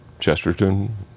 Chesterton